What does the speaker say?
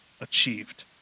achieved